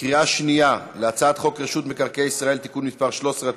בקריאה שנייה על הצעת חוק רשות מקרקעי ישראל (תיקון מס' 13),